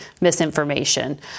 misinformation